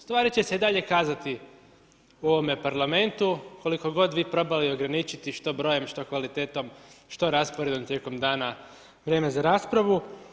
Stvari će se i dalje kazati u ovome Parlamentu, koliko god vi probali ograničiti što brojem što kvalitetom, što rasporedom tijekom dana vrijeme za raspravu.